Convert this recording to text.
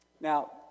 Now